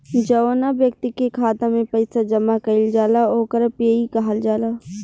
जौवना ब्यक्ति के खाता में पईसा जमा कईल जाला ओकरा पेयी कहल जाला